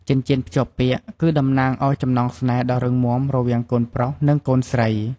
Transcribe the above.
ចិញ្ចៀនភ្ជាប់ពាក្យ គឺតំណាងអោយចំណងស្នេហ៍ដ៏រឹងមាំរវាងកូនប្រុស និងកូនស្រី។